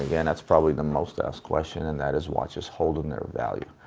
again, it's probably the most asked question and that is watches holding their value.